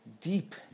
deep